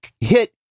hit